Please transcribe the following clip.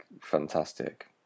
fantastic